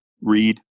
Read